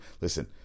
Listen